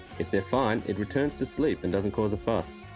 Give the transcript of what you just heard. if they're fine, it returns to sleep and doesn't cause a fuss.